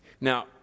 Now